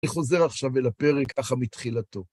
אני חוזר עכשיו אל הפרק, ככה מתחילתו.